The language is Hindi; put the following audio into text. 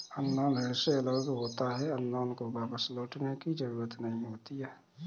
अनुदान ऋण से अलग होता है अनुदान को वापस लौटने की जरुरत नहीं होती है